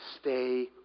stay